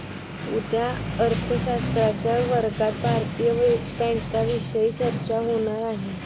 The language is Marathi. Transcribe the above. उद्या अर्थशास्त्राच्या वर्गात भारतीय बँकांविषयी चर्चा होणार आहे